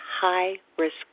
high-risk